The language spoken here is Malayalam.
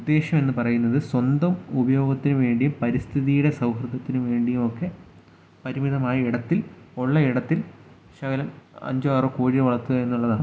ഉദ്ദേശമെന്നു പറയുന്നത് സ്വന്തം ഉപയോഗത്തിനു വേണ്ടിയും പരിസ്ഥിതിയുടെ സൗഹൃദത്തിനു വേണ്ടിയുമൊക്കെ പരിമിതമായൊരിടത്തിൽ ഉള്ളയിടത്തിൽ ശകലം അഞ്ച് ആറ് കോഴിയെ വളർത്തുകായെന്നുള്ളതാണ്